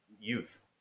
youth